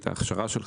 את ההכשרה שלך,